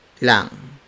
lang